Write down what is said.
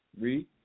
Read